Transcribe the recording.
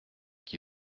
qui